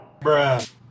bruh